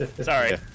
Sorry